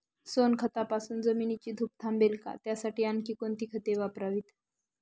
सोनखतापासून जमिनीची धूप थांबेल का? त्यासाठी आणखी कोणती खते वापरावीत?